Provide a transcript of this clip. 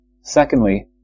Secondly